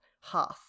hearth